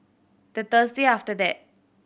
the Thursday after that